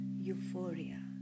euphoria